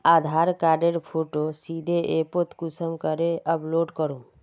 आधार कार्डेर फोटो सीधे ऐपोत कुंसम करे अपलोड करूम?